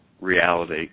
reality